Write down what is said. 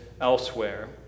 elsewhere